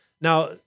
Now